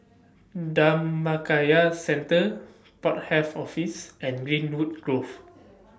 Dhammakaya Centre Port Health Office and Greenwood Grove